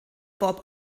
bob